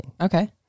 Okay